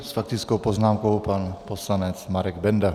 S faktickou poznámkou pan poslanec Marek Benda.